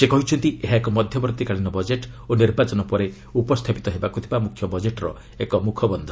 ସେ କହିଛନ୍ତି ଏହା ଏକ ମଧ୍ୟବର୍ତ୍ତୀକାଳୀନ ବଜେଟ୍ ଓ ନିର୍ବାଚନ ପରେ ଉପସ୍ଥାପିତ ହେବାକୁ ଥିବା ମୁଖ୍ୟ ବଜେଟ୍ର ଏକ ମୁଖବନ୍ଧ